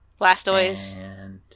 Blastoise